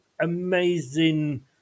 amazing